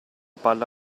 palla